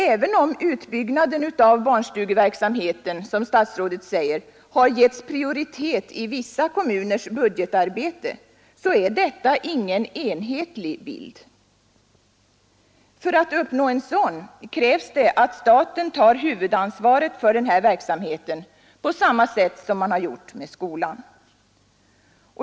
Även om utbyggnaden av barnstugeverksamheten, som statsrådet säger, har givits prioritet i vissa kommuners budgetarbete, är detta ingen enhetlig bild. För att nå en sådan utbyggnad krävs det att staten tar huvudansvaret för denna verksamhet på samma sätt som man har gjort med skolan.